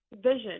vision